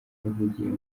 yavugiye